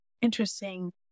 interesting